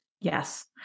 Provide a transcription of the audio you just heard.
Yes